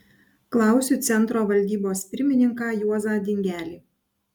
klausiu centro valdybos pirmininką juozą dingelį